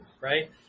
Right